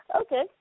Okay